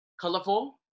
Colorful